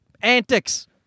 antics